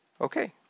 Okay